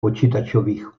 počítačových